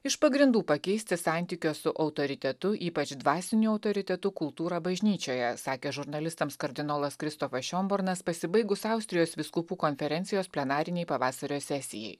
iš pagrindų pakeisti santykio su autoritetu ypač dvasiniu autoritetu kultūrą bažnyčioje sakė žurnalistams kardinolas kristopas šiomburnas pasibaigus austrijos vyskupų konferencijos plenarinei pavasario sesijai